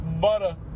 Butter